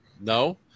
No